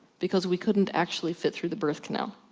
because we couldn't actually fit through the birth canal.